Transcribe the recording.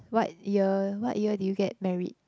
what year what year did you get married